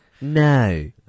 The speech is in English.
No